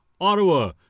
Ottawa